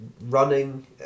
running